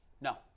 No